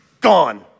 gone